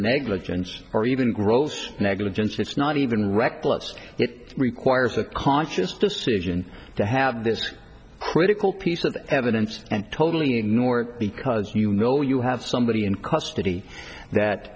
negligence or even gross negligence it's not even reckless it requires a conscious decision to have this critical piece of evidence and totally ignore it because you know you have somebody in custody that